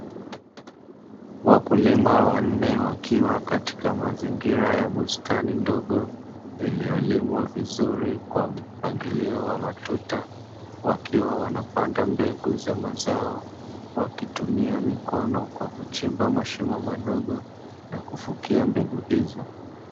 Wakulima wanne wakiwa katika mazingira ya bustani ndogo iliyolimwa vizuri kwa mpangilio wa matuta, wakiwa wanapanda mbegu za mazao wakitumia mikono kwa kuchimba mashimo madogo na kufukia mbegu hizo.